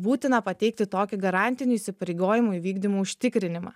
būtina pateikti tokį garantinių įsipareigojimų įvykdymų užtikrinimą